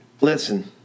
Listen